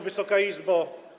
Wysoka Izbo!